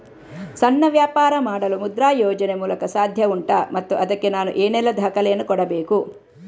ಸಣ್ಣ ವ್ಯಾಪಾರ ಮಾಡಲು ಮುದ್ರಾ ಯೋಜನೆ ಮೂಲಕ ಸಾಧ್ಯ ಉಂಟಾ ಮತ್ತು ಅದಕ್ಕೆ ನಾನು ಏನೆಲ್ಲ ದಾಖಲೆ ಯನ್ನು ಕೊಡಬೇಕು?